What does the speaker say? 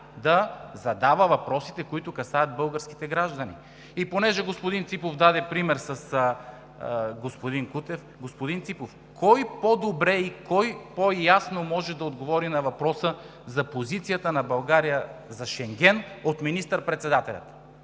да задава въпросите, които касаят българските граждани. И понеже господин Ципов даде пример с господин Кутев. Господин Ципов, кой по-добре и кой по-ясно може да отговори на въпроса за позицията на България за Шенген от министър-председателя?